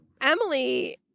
Emily